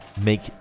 make